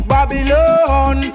Babylon